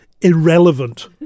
irrelevant